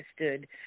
understood